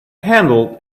handled